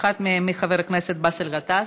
אחת מהן של חבר הכנסת באסל גטאס,